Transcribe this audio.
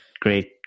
great